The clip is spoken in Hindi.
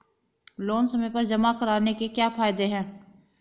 लोंन समय पर जमा कराने के क्या फायदे हैं?